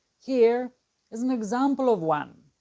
here is an example of one.